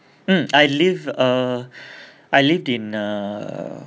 mm I live err I lived in err